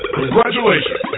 congratulations